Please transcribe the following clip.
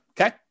Okay